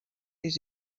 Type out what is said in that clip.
les